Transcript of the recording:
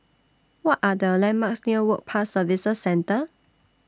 What Are The landmarks near Work Pass Services Centre